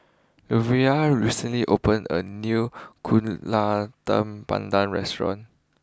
Lovina recently opened a new Kueh Talam Tepong Pandan restaurant